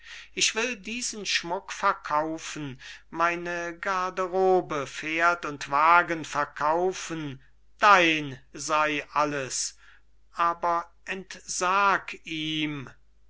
ich will diesen schmuck verkaufen meine garderobe pferd und wagen verkaufen dein sei alles aber entsag ihm